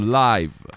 live